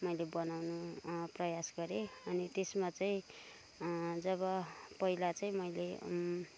मैले बनाउनु प्रयास गरेँ अनि त्यसमा चाहिँ जब पहिला चाहिँ मैले